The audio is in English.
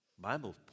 Bible